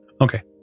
Okay